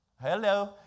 hello